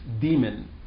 demon